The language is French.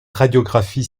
radiographie